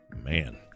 Man